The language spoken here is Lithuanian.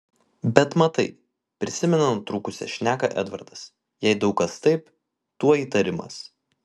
bet matai prisimena nutrūkusią šneką edvardas jei daug kas taip tuoj įtarimas